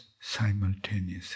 simultaneously